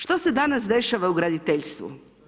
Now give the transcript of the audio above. Što se danas dešava u graditeljstvu?